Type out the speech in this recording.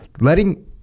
letting